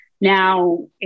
Now